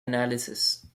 analysis